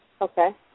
Okay